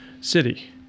City